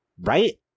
Right